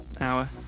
hour